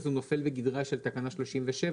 אז הוא נופל בגדרה של תקנה 37,